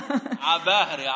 עבאהרה.